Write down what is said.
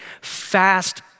fast